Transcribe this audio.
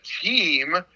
team